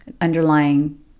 underlying